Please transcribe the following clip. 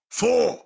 four